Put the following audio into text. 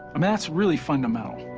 um that's really fundamental.